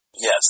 Yes